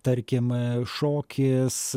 tarkim šokis